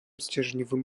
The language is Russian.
стержневым